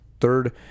third